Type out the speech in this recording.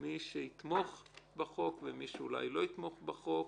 מי שיתמוך בחוק ומי שאולי לא יתמוך בחוק.